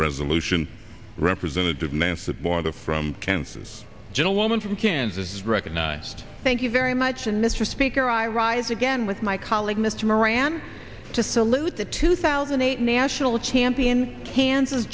resolution representative massive border from kansas gentlewoman from kansas is recognized thank you very much and mr speaker i rise again with my colleague mr moran to salute the two thousand and eight national champion kansas